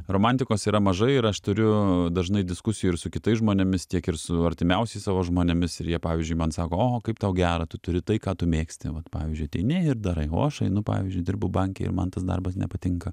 romantikos yra mažai ir aš turiu dažnai diskusijų ir su kitais žmonėmis tiek ir su artimiausiais savo žmonėmis ir jie pavyzdžiui man sako o kaip tau gera tu turi tai ką tu mėgsti vat pavyzdžiui ateini ir darai o aš einu pavyzdžiui dirbu banke ir man tas darbas nepatinka